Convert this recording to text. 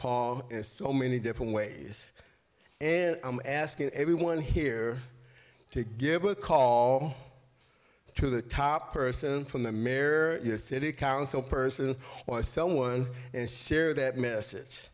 paul as so many different ways and i'm asking everyone here to give a call to the top person from the mayor and the city council person or someone and share that message